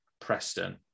Preston